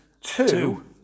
two